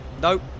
Nope